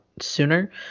sooner